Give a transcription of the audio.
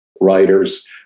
writers